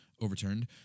overturned